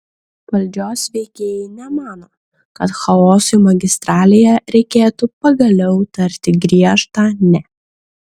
valdžios veikėjai nemano kad chaosui magistralėje reikėtų pagaliau tarti griežtą ne